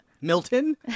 Milton